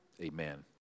Amen